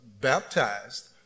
baptized